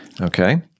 Okay